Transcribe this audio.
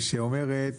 ההצעה אומרת